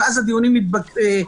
ואז הדיונים מתבטלים,